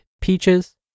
Peaches